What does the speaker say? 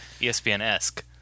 ESPN-esque